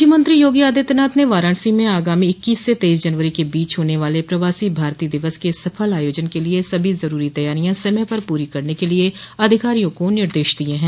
मुख्यमंत्री योगी आदित्यनाथ ने वाराणसी में आगामी इक्कीस से तेईस जनवरी के बीच होने वाले प्रवासी भारतीय दिवस के सफल आयोजन के लिये सभी जरूरी तैयारियां समय पर पूरी करने के लिये अधिकारियों को निर्देश दिये हैं